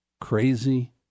crazy